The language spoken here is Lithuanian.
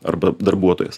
arba darbuotojas